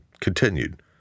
continued